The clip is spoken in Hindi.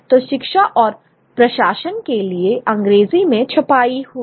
तो शिक्षा और प्रशासन के लिए अंग्रेजी में छपाई हुई